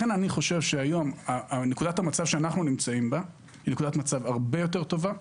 לכן אני חושב שהיום נקודת המצב שאנחנו נמצאים בה הרבה יותר טובה,